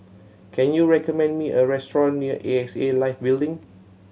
can you recommend me a restaurant near A X A Life Building